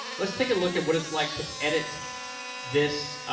let's take a look at what it's like to edit this